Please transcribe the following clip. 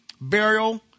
burial